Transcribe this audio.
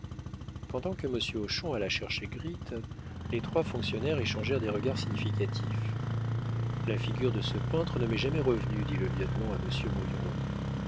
pendant que monsieur hochon alla chercher gritte les trois fonctionnaires échangèrent des regards significatifs la figure de ce peintre ne m'est jamais revenue dit le lieutenant à monsieur